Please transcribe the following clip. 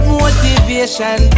motivation